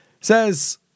Says